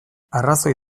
arrazoi